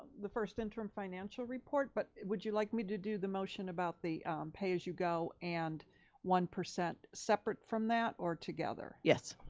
first interim financial report, but would you like me to do the motion about the pay-as-you-go and one percent separate from that or together? yes.